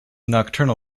nocturnal